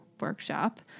workshop